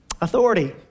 Authority